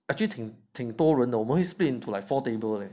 actually 亭亭多人的我们会 split into like four table leh